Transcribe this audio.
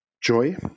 joy